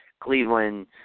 Cleveland